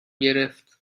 گرفت